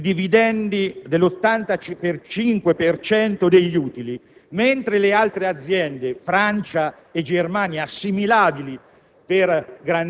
industriali del nostro Paese. Si dovrebbe in qualche modo ragionare anche sui contenuti dell'azienda, quando tale azienda remunera il capitale